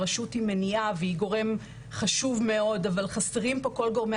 הרשות היא מניעה והיא גורם חשוב מאוד אבל חסרים פה כל גורמי